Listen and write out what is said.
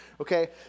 Okay